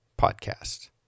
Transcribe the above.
podcast